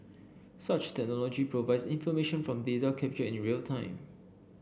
such technology provides information from data captured in real time